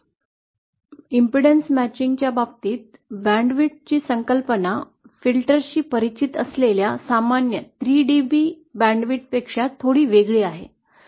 अडथळा जुळण्या च्या बाबतीत बँड रुंदी ची संकल्पना फिल्टरशी परिचित असलेल्या सामान्य 3 DB बँड रुंदीपेक्षा थोडी वेगळी आहे